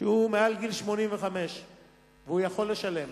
שהוא מעל גיל 85 והוא יכול לשלם